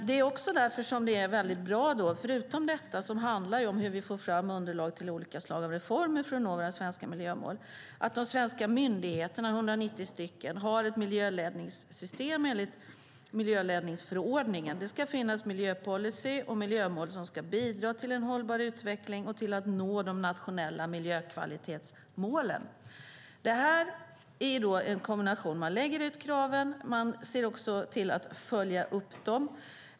Det är också därför som det är väldigt bra, förutom det som handlar om hur vi får fram underlag till olika slag av reformer för att nå våra svenska miljömål, att de svenska myndigheterna, 190 stycken, har ett miljöledningssystem enligt miljöledningsförordningen. Det ska finnas miljöpolicy och miljömål som ska bidra till en hållbar utveckling och till att man når de nationella miljökvalitetsmålen. Det här är en kombination. Man lägger ut kraven. Man ser också till att följa upp dem.